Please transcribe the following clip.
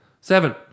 Seven